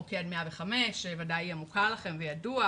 מוקד 105 שוודאי מוכר לכם וידוע,